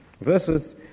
Verses